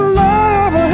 love